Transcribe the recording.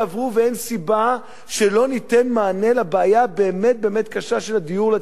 ואין סיבה שלא ניתן מענה לבעיה הבאמת-באמת קשה של דיור לצעירים.